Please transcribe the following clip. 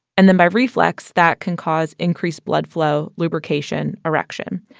and then by reflex, that can cause increased blood flow, lubrication, erection.